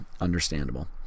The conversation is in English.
understandable